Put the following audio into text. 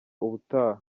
ubutaha